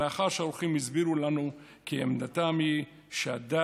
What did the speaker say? מאחר שהאורחים הסבירו לנו כי עמדתם היא שהדת